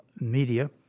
media